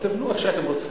תבנו איך שאתם רוצים.